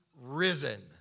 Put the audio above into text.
risen